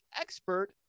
expert